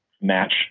match